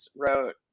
wrote